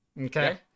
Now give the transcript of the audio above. Okay